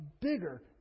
bigger